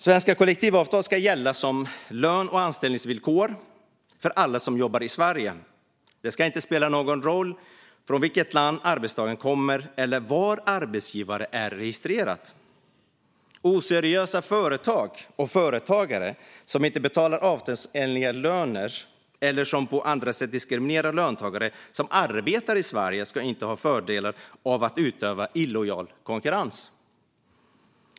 Lön och anställningsvillkor enligt svenska kollektivavtal ska gälla för alla som jobbar i Sverige. Det ska inte spela någon roll varifrån arbetstagaren kommer eller var arbetsgivaren är registrerad. Oseriösa företag och företagare som inte betalar avtalsenliga löner eller som på andra sätt diskriminerar löntagare som arbetar i Sverige ska inte ha fördelar av att utöva illojal konkurrens.